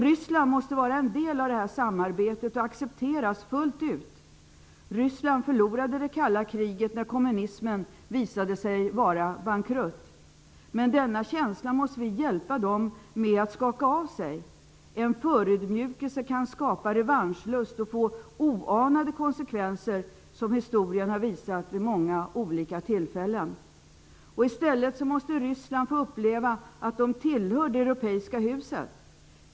Ryssland måste ingå i detta samarbete och accepteras fullt ut. Ryssland förlorade det kalla kriget när kommunismen visade sig vara bankrutt. Vi måste hjälpa Ryssland att skaka av sig denna känsla. En förödmjukelse kan skapa revanschlust och få oanade konsekvenser, vilket historien har visat vid många olika tillfällen. I stället måste man i Ryssland få uppleva att man tillhör det europeiska huset.